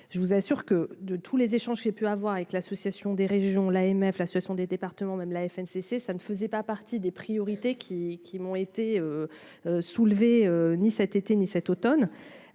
je vous assure que de tous les échanges ai pu avoir avec l'Association des régions, l'AMF là ce sont des départements même la FNPC, ça ne faisait pas partie des priorités qui qui m'ont été soulevées ni cet été ni cet Automne,